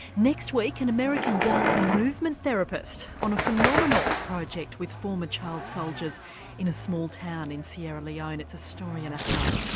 next week an american dance and movement therapist on a phenomenal project with former child soldiers in a small town in sierra leone it's a story and a half.